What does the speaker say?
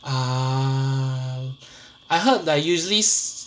ah I heard like usally